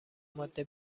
ماده